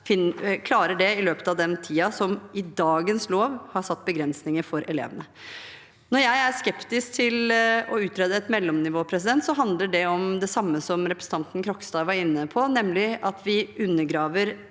klarer det i løpet av den tiden som i dagens lov har satt begrensninger for elevene. Når jeg er skeptisk til å utrede et mellomnivå, handler det om det samme som representanten Krogstad var inne på, nemlig at vi undergraver